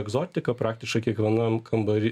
egzotika praktiškai kiekvienam kambary